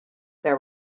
there